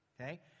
Okay